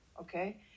okay